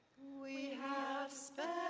we have